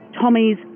Tommy's